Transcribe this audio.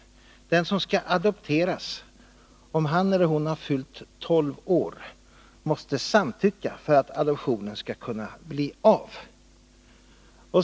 Om den som skall adopteras har fyllt 12 år måste han eller hon samtycka för att adoptionen skall kunna bli av.